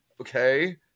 Okay